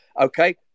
Okay